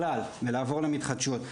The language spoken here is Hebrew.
אבל גם על להיגמל מגז בכלל ולעבור למתחדשות.